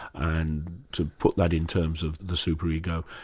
and to put that in terms of the super ego,